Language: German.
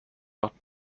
macht